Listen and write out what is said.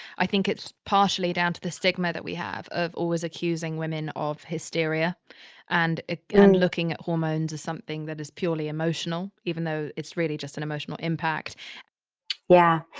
i think it's partially down to the stigma that we have of always accusing women of hysteria and and looking at hormones as something that is purely emotional, even though it's really just an emotional impact yeah,